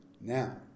now